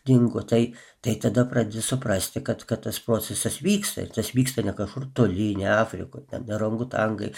dingo tai tai tada pradedi suprasti kad kad tas procesas vyksta ir tas vyksta ne kažkur toli ne afrikoj ten ne orangutangai